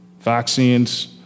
vaccines